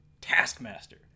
taskmaster